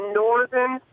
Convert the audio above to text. northern